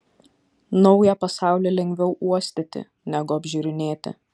naują pasaulį lengviau uostyti negu apžiūrinėti